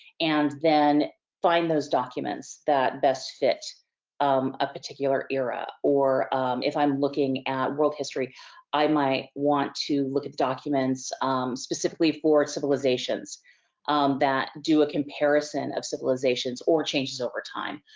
and then find those documents that best fit um a particular era. or if i'm looking at world history i might want to look at the documents specifically for civilizations that do a comparison of civilizations, or changes over time,